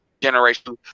generation